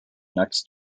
next